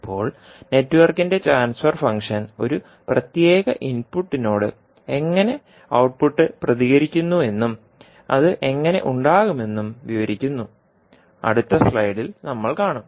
ഇപ്പോൾ നെറ്റ്വർക്കിന്റെ transfer function ഒരു പ്രത്യേക ഇൻപുട്ടിനോട് എങ്ങനെ ഔട്ട്പുട്ട് പ്രതികരിക്കുന്നു എന്നും അത് എങ്ങനെ ഉണ്ടാകുമെന്നും വിവരിക്കുന്നു അടുത്ത സ്ലൈഡിൽ നമ്മൾ കാണും